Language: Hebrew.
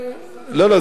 לא לא, זה בסדר,